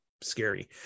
scary